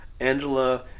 Angela